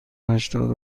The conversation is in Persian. هشتاد